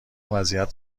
وضعیت